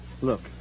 Look